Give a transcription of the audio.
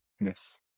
Yes